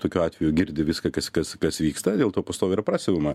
tokiu atveju girdi viską kas kas kas vyksta dėl to pastoviai ir prasiuvama